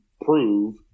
prove